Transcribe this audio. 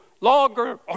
longer